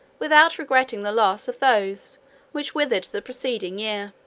without regretting the loss of those which withered the preceding year.